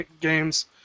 games